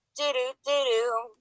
Do-do-do-do